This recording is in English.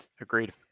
Agreed